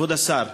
כבוד השר,